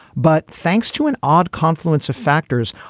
but thanks to an odd confluence of factors,